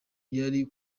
yari